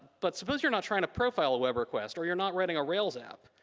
but suppose you're not trying to profile a web request, or you're not running a rails app.